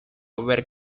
were